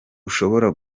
ushobora